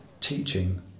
teaching